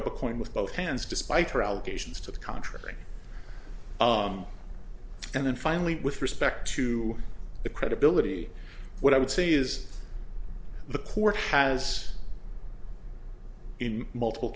up a coin with both hands despite her allegations to the contrary and then finally with respect to the credibility what i would say is the court has in multiple